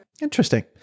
interesting